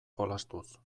jolastuz